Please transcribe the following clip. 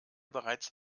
bereits